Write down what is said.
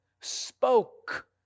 spoke